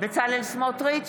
בצלאל סמוטריץ'